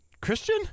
Christian